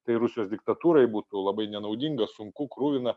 tai rusijos diktatūrai būtų labai nenaudinga sunku kruvina